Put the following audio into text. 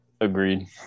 Agreed